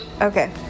Okay